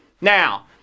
Now